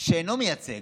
שאינו מייצג.